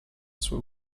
sul